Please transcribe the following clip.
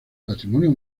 patrimonio